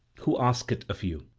who ask it of you.